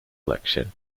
election